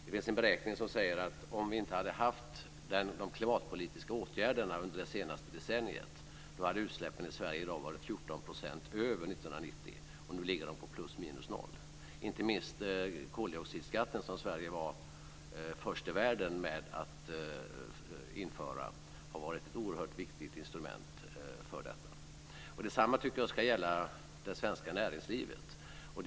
Det finns en beräkning som säger att om vi inte hade haft de klimatpolitiska åtgärderna under det senaste decenniet så hade utsläppen i Sverige i dag varit 14 % över 1990 års nivåer, och nu ligger de på plus minus noll. Inte minst koldioxidskatten, som Sverige var först i världen med att införa, har varit ett oerhört viktigt instrument för detta. Detsamma tycker jag ska gälla det svenska näringslivet.